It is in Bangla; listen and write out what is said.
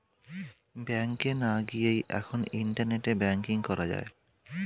ব্যাংকে না গিয়েই এখন ইন্টারনেটে ব্যাঙ্কিং করা যায়